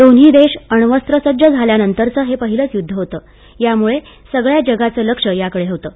दोन्ही देश अण्वस्त्र सज्ज झाल्यानंतरचं हे पहिलंच युद्ध होते त्यामुळे सगळ्या जगाचं लक्ष याकडे होतं